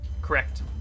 Correct